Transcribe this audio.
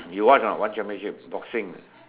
you watch or not one championship boxing